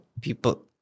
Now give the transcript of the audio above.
people